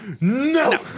no